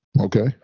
Okay